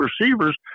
receivers